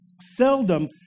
Seldom